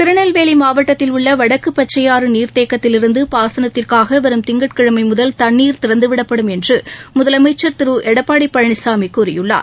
திருநெல்வேலி மாவட்டத்தில் உள்ள வடக்கு பச்சையாறு நீர்த்தேக்கத்திலிருந்து பாசனத்திற்காக வரும் திங்கட்கிழமை முதல் தண்ணீர் திறந்துவிடப்படும் என்று முதலமைச்சர் திரு எடப்பாடி பழனிசாமி கூறியுள்ளார்